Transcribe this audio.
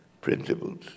principles